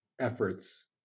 efforts